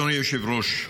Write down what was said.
אדוני היושב-ראש,